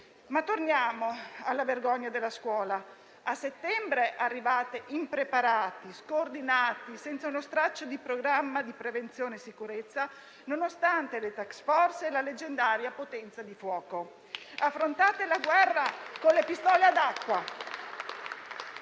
Ma torniamo alla vergogna della scuola. A settembre siete arrivati impreparati, scoordinati, senza uno straccio di programma di prevenzione e sicurezza, nonostante le *task force* e la leggendaria potenza di fuoco. Affrontate la guerra con le pistole ad acqua: